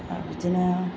ओ बिदिनो